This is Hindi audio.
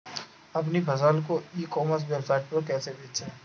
अपनी फसल को ई कॉमर्स वेबसाइट पर कैसे बेचें?